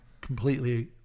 completely